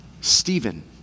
Stephen